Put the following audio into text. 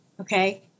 Okay